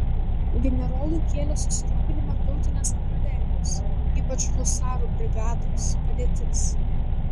generolui kėlė susirūpinimą tautinės kavalerijos ypač husarų brigados padėtis